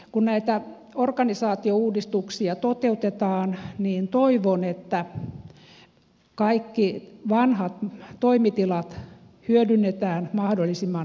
kun näitä organisaatiouudistuksia toteutetaan niin toivon että kaikki vanhat toimitilat hyödynnetään mahdollisimman tehokkaasti